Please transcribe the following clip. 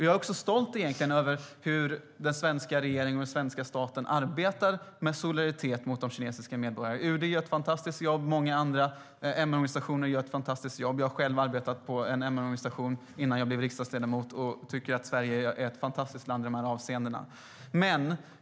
Jag är egentligen stolt över hur den svenska regeringen och den svenska staten arbetar med solidaritet med de kinesiska medborgarna. UD gör ett fantastiskt jobb, och många MR-organisationer gör ett fantastiskt jobb. Jag har själv arbetat i en MR-organisation innan jag blev riksdagsledamot, och jag tycker att Sverige är ett fantastiskt land i dessa avseenden.